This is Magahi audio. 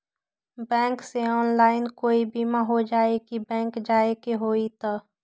बैंक से ऑनलाइन कोई बिमा हो जाई कि बैंक जाए के होई त?